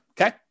Okay